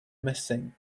missing